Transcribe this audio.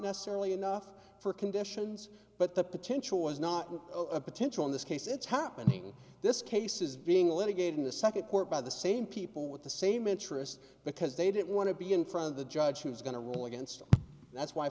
necessarily enough for conditions but the potential was not a potential in this case it's happening this case is being litigated in the second court by the same people with the same interest because they didn't want to be in front of the judge who's going to rule against it that's why